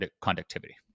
conductivity